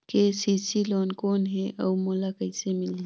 KCC loan कौन हे अउ मोला कइसे मिलही?